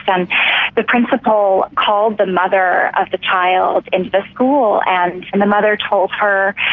and the principal called the mother of the child into the school and and the mother told her,